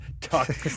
talk